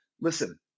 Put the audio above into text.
Listen